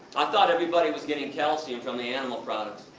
i thought everybody was getting calcium from the animal products.